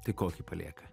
tai kokį palieka